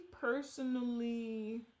personally